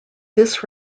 this